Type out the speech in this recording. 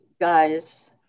guys